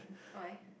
why